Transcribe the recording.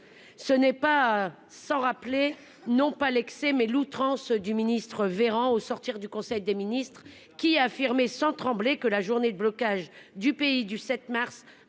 Ce n'est pas sans rappeler non pas l'excès mais l'outrance du ministre Véran au sortir du conseil des ministres qui a affirmé sans trembler que la journée de blocage du pays du 7 mars,